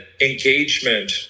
engagement